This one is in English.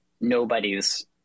nobody's